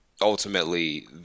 ultimately